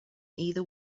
either